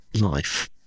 life